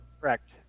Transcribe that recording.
Correct